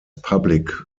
public